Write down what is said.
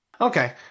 Okay